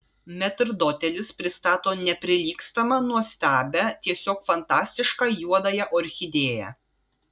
metrdotelis pristato neprilygstamą nuostabią tiesiog fantastišką juodąją orchidėją